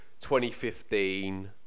2015